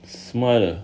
什么来的